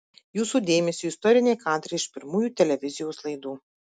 jūsų dėmesiui istoriniai kadrai iš pirmųjų televizijos laidų